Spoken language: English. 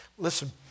Listen